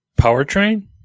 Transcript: Powertrain